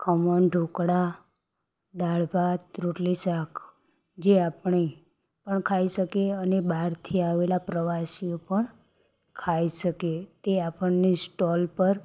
ખમણ ઢોકળા દાળ ભાત રોટલી શાક જે આપણે પણ ખાઈ શકીએ અને બારથી આવેલા પ્રવાસીઓ પણ ખાઈ શકે એ આપણને સ્ટોલ પર